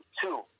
Two